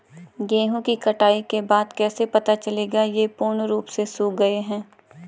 गेहूँ की कटाई के बाद कैसे पता चलेगा ये पूर्ण रूप से सूख गए हैं?